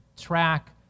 track